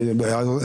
זה גם יישאר?